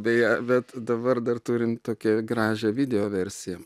beje bet dabar dar turint tokią gražią video versiją